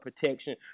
protection